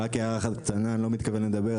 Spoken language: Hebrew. אני לא מתכוון לדבר,